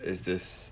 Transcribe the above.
is this